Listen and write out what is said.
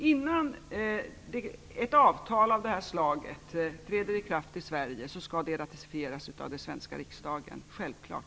Fru talman! Jag undrar om jordbruksministern har för avsikt att på något sätt skärpa den veterinära kontrollen vid införsel av kött till det här landet.